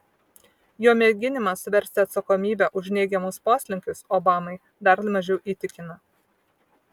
jo mėginimas suversti atsakomybę už neigiamus poslinkius obamai dar mažiau įtikina